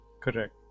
Correct